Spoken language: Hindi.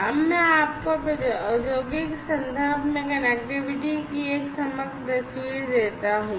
अब मैं आपको औद्योगिक संदर्भ में कनेक्टिविटी की एक समग्र तस्वीर देता हूं